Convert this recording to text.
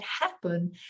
happen